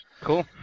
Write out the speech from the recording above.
Cool